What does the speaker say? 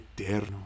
eterno